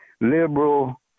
liberal